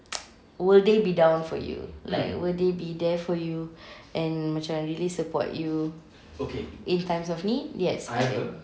will they be down for you like will they be there for you and macam really support you in times of need yes